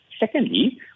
Secondly